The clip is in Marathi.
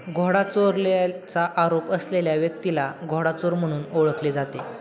घोडा चोरल्याचा आरोप असलेल्या व्यक्तीला घोडाचोर म्हणून ओळखले जाते